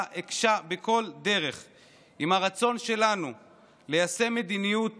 הקשה בכל דרך על הרצון שלנו ליישם מדיניות